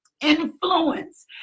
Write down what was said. influence